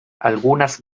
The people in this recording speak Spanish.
algunas